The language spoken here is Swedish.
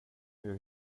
hur